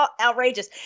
outrageous